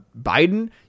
Biden